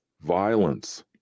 Violence